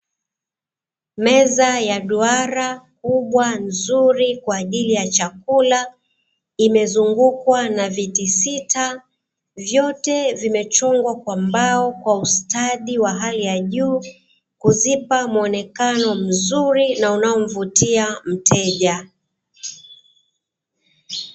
Meza ya duara kubwa nzuri kwa ajili ya chakula, imezungukwa na viti sita, vyote vimechongwa kwa mbao kwa ustadi wa hali ya juu, kuzipa muonekano mzuri na unaomvutia mteja.